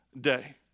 day